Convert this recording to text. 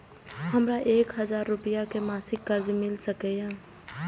हमरा एक हजार रुपया के मासिक कर्जा मिल सकैये?